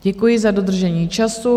Děkuji za dodržení času.